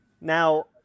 now